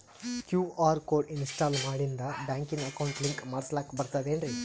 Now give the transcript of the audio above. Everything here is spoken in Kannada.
ಕ್ಯೂ.ಆರ್ ಕೋಡ್ ಇನ್ಸ್ಟಾಲ ಮಾಡಿಂದ ಬ್ಯಾಂಕಿನ ಅಕೌಂಟ್ ಲಿಂಕ ಮಾಡಸ್ಲಾಕ ಬರ್ತದೇನ್ರಿ